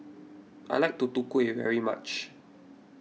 I like Tutu Kueh very much